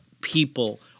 people